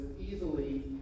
easily